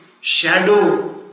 shadow